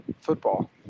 football